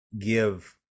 give